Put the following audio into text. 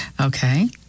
Okay